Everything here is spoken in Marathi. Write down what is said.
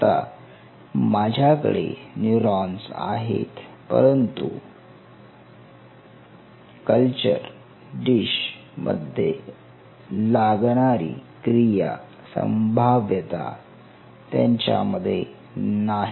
आता माझ्याकडे न्यूरॉन्स आहेत परंतु कल्चर डिश मध्ये लागणारी क्रिया संभाव्यता त्यांच्यामध्ये नाही